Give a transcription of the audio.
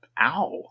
ow